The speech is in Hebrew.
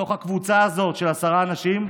מתוך הקבוצה הזאת של עשרה אנשים,